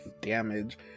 damage